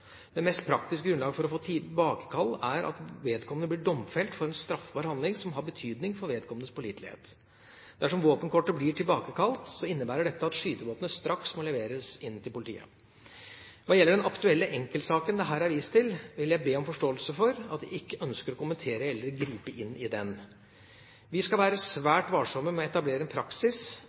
Det mest praktiske grunnlag for tilbakekall er at vedkommende blir domfelt for en straffbar handling som har betydning for vedkommendes pålitelighet. Dersom våpenkortet blir tilbakekalt, innebærer dette at skytevåpenet straks må leveres inn til politiet. Hva gjelder den aktuelle enkeltsaken det her er vist til, vil jeg be om forståelse for at jeg ikke ønsker å kommentere eller gripe inn i den. Vi skal være svært varsomme med å etablere en praksis